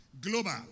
Global